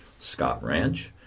scottranch